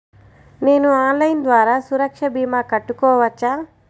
నేను ఆన్లైన్ ద్వారా సురక్ష భీమా కట్టుకోవచ్చా?